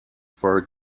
for